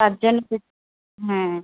তার জন্য কি হ্যাঁ